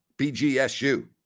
BGSU